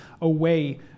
away